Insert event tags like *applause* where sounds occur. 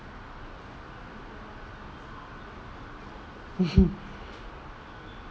*laughs*